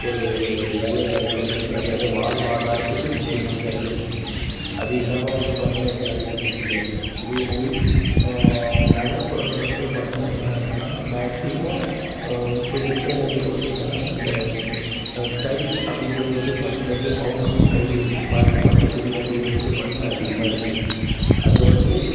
ஒரு வேலைவாய்ப்பு அப்படிங்கிறது அது அது வாழ்வாதாரத்துக்கு முக்கியமானதாக இருக்குது அது இல்லாமல் வந்து பார்த்தோன்னா எங்களால் இருக்க முடியாது அதே மாதிரி நகர்ப்புறங்களில் வந்து பார்த்தீன்னா என்ன இருக்கலாம் மேக்சிமம் இப்போ இருக்கிற இது வந்து என்னென்னால் அந்த தறி அப்படிங்கிறது வந்து பார்த்ததுலேருந்து பவர் லூம் தறி ப பட்டுத்துணி அப்படிங்கிறது வந்து பார்த்தீன்னா அதிகமாக இருக்குது அது வந்து